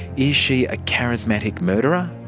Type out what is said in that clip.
is she a charismatic murderer?